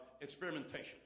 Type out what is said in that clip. experimentation